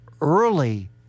early